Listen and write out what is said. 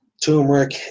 turmeric